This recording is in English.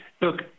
look